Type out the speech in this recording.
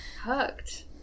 Hooked